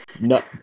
no